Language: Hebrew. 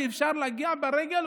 שאפשר להגיע ברגל,